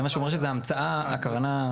זה מה שהוא אומר שזו המצאה, הכוונה המצאה חדשנית.